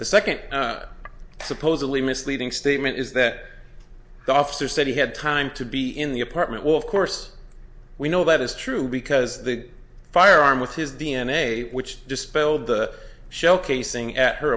the second supposedly misleading statement is that the officer said he had time to be in the apartment while of course we know that is true because the firearm with his d n a which dispelled the shell casing at her